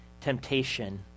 temptation